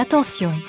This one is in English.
Attention